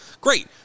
great